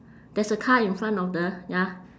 there's a car in front of the ya